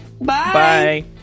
Bye